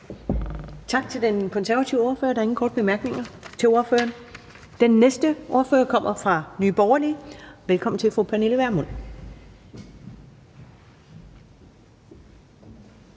Tak til den konservative ordfører. Der er ingen korte bemærkninger til ordføreren. Den næste ordfører kommer fra Nye Borgerlige. Velkommen til fru Pernille Vermund.